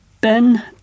Ben